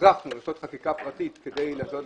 הוצרכנו לעשות חקיקה פרטית --- חברים,